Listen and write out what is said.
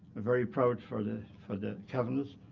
very proud for the for the cavanaughs,